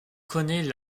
connaît